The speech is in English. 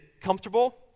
comfortable